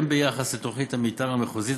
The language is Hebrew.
הן ביחס לתוכנית המתאר המחוזית,